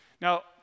Now